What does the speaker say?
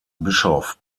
bischof